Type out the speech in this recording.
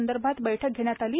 संदर्भात बैठक घेण्यात आली